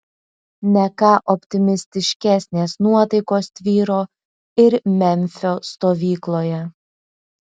ne ką optimistiškesnės nuotaikos tvyro ir memfio stovykloje